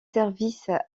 services